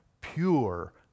pure